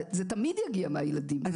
זה תמיד יגיע מהילדים.